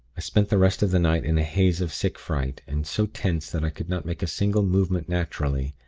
i spent the rest of the night in a haze of sick fright, and so tense that i could not make a single movement naturally.